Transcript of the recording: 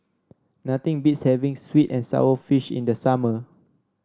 nothing beats having sweet and sour fish in the summer